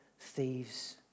thieves